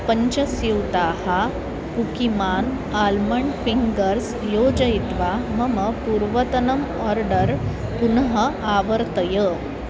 पञ्चस्यूताः कुक्किमान् almond fingers योजयित्वा मम पूर्वतनम् आर्डर् पुनः आवर्तय